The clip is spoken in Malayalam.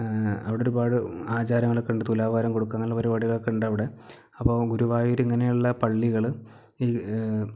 അവിടെ ഒരുപാട് ആചാരങ്ങളൊക്കെ ഉണ്ട് തുലാഭാരം കൊടുക്കുക എന്നുള്ള പരിപാടികളൊക്കെ ഉണ്ട് അവിടെ അപ്പോൾ ഗുരുവായൂര് ഇങ്ങനെയുള്ള പള്ളികള് ഈ